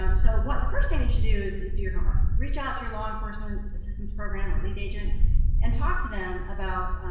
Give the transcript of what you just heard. um so the first thing you should do is is do your homework. reach out to your law enforcement assistance program, or leap, agent and talk to them about